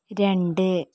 രണ്ട്